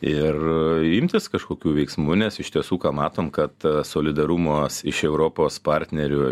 ir imtis kažkokių veiksmų nes iš tiesų ką matom kad solidarumas iš europos partnerių